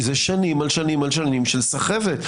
זה שנים על שנים על שנים של סחבת.